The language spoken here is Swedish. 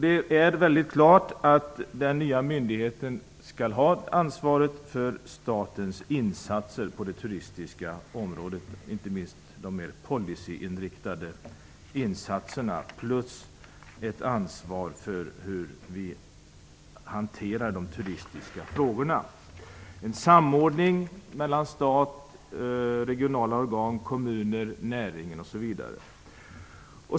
Det är klart att den nya myndigheten skall ha ansvaret för statens insatser på det turistiska området, inte minst de policyinriktade, och dessutom ansvar för hur vi hanterar de turistiska frågorna - en samordning mellan stat, regionala organ, kommun, näring osv.